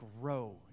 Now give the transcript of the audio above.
grow